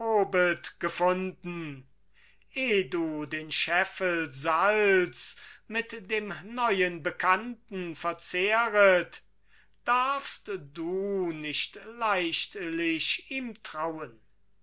gefunden eh du den scheffel salz mit dem neuen bekannten verzehret darfst du nicht leichtlich ihm trauen